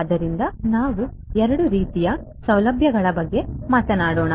ಆದ್ದರಿಂದ ನಾವು 2 ರೀತಿಯ ಸೌಲಭ್ಯಗಳ ಬಗ್ಗೆ ಮಾತನಾಡೋಣ